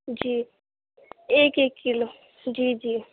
جی ایک ایک کلو جی جی